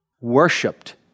worshipped